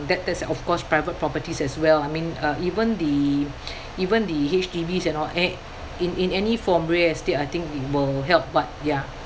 that that's of course private properties as well I mean uh even the even the H_D_Bs and all and in in any from real estate I think it will help but ya